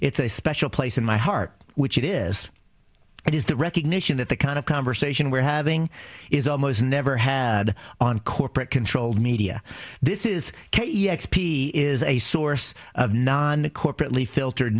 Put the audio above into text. it's a special place in my heart which it is it is the recognition that the kind of conversation we're having is almost never had on corporate controlled media this is k e x p is a source of non corporately filtered